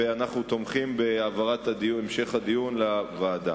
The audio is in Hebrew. ואנחנו תומכים בהעברת המשך הדיון לוועדה.